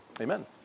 Amen